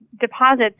deposits